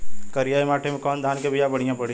करियाई माटी मे कवन धान के बिया बढ़ियां पड़ी?